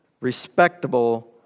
respectable